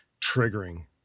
triggering